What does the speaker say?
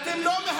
לא להפריע.